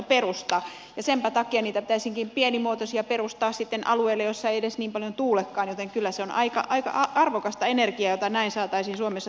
senpä takia pitäisikin perustaa niitä pienimuotoisia alueille joilla ei edes niin paljon tuulekaan joten kyllä se on aika arvokasta energiaa jota näin saataisiin suomessa tuotettua